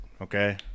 Okay